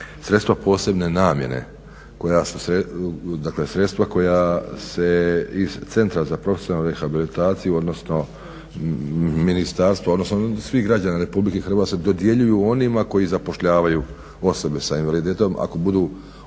Sredstva posebne namjene, dakle sredstva koja se iz centra za profesionalnu rehabilitaciju, odnosno ministarstva, odnosno svih građana RH dodjeljuju onima koji zapošljavaju osobe s invaliditetom ako budu